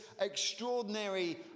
extraordinary